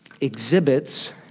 exhibits